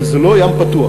אבל זה לא ים פתוח,